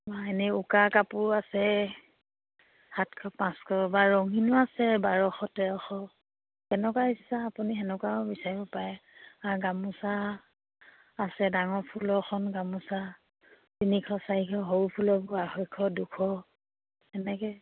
এনেই উকা কাপোৰ আছে সাতশ পাঁচশ বা ৰঙীনো আছে বাৰশ তেৰশ কেনেকুৱা ইচ্ছা আপুনি তেনেকুৱাও বিচাৰিব পাৰে আৰু গামোচা আছে ডাঙৰ ফুলৰখন গামোচা তিনিশ চাৰিশ সৰু ফুলৰবোৰ আঢ়ৈশ দুশ তেনেকৈ